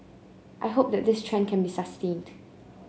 I hope that this trend can be sustained